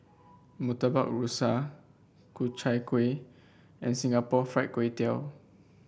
Murtabak Rusa Ku Chai Kueh and Singapore Fried Kway Tiao